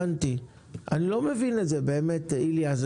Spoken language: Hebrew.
אני לא מבין את זה, איליה.